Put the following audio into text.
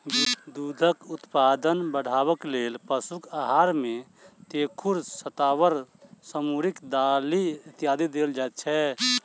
दूधक उत्पादन बढ़यबाक लेल पशुक आहार मे तेखुर, शताबर, मसुरिक दालि इत्यादि देल जाइत छै